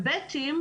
ו"בייטים",